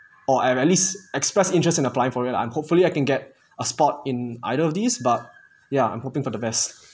or I have at least expressed interest in applying for it I'm hopefully I can get a spot in either of these but yeah I'm hoping for the best